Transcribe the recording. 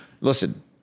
Listen